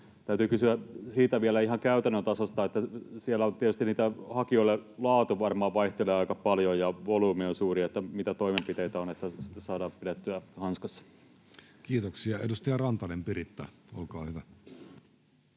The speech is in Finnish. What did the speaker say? täytyy kysyä vielä ihan siitä käytännön tasosta. Siellä tietysti niiden hakijoiden laatu varmaan vaihtelee aika paljon, ja volyymi on suuri. Mitä toimenpiteitä on, että se saadaan pidettyä hanskassa? Kiitoksia. — Edustaja Rantanen, Piritta, olkaa hyvä.